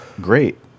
great